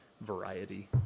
variety